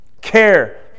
care